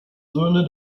söhne